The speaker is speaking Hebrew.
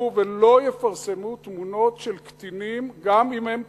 ולא יפרסמו תמונות של קטינים גם אם הם פושעים.